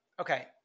okay